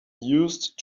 used